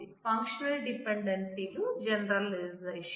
functional dependence లు generalization